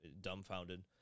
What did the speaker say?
dumbfounded